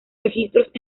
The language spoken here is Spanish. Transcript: registros